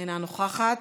אינה נוכחת,